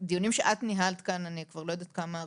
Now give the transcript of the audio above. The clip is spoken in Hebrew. הדיונים שאת ניהלת כאן אני כבר לא יודעת כמה,